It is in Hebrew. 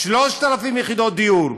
3,000 יחידות דיור.